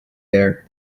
there